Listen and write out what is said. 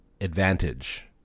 advantage